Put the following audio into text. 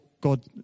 God